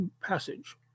passage